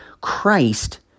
Christ